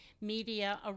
media